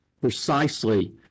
precisely